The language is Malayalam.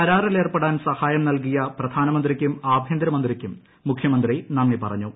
കരാറിലേർപ്പെടാൻ സഹായം നൽകിയ പ്രധാനമന്ത്രിക്കും ആഭ്യന്തരമന്ത്രിക്കും മുഖ്യമന്ത്രി നന്ദി പറഞ്ഞു